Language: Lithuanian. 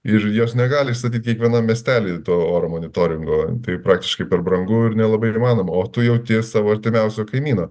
ir jos negali įstatyt kiekvienam miestely to oro monitoringo tai praktiškai per brangu ir nelabai įmanoma o tu jauti savo artimiausio kaimyno